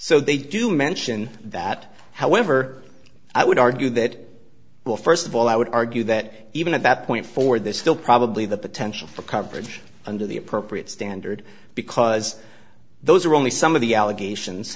so they do mention that however i would argue that well first of all i would argue that even at that point for this still probably the potential for coverage under the appropriate standard because those are only some of the allegations